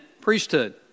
priesthood